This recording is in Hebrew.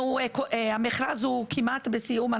המכרז כמעט בסיום.